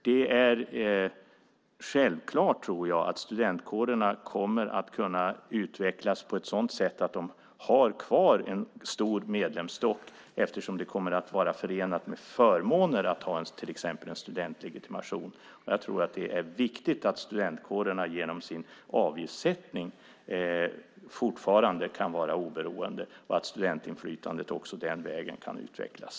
Det är självklart att studentkårerna kommer att kunna utvecklas på ett sådant sätt att de har kvar en stor medlemsstock eftersom det kommer att vara förenat med förmåner att till exempel ha en studentlegitimation. Jag tror att det är viktigt att studentkårerna genom sin avgiftssättning fortfarande kan vara oberoende och att studentinflytandet också den vägen kan utvecklas.